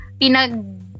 pinag-